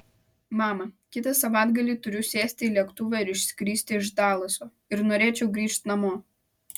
mama kitą savaitgalį turiu sėsti į lėktuvą ir išskristi iš dalaso ir norėčiau grįžt namo